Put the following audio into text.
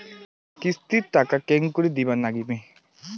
কিস্তির টাকা কেঙ্গকরি দিবার নাগীবে?